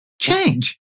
Change